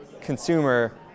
consumer